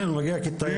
כן, הוא מגיע כתייר.